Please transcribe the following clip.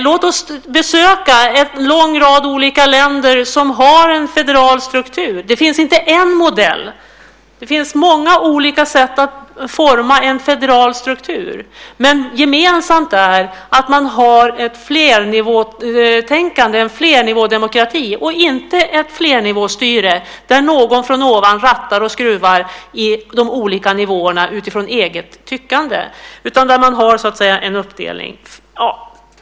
Låt oss besöka en rad olika länder med federal struktur. Det finns inte bara en modell. Det finns många olika sätt att forma en federal struktur. Gemensamt för dem är att de har ett flernivåtänkande, en flernivådemokrati - inte ett flernivåstyre där någon från ovan rattar och skruvar i de olika nivåerna utifrån eget tyckande, utan där man så att säga har en uppdelning.